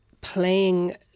playing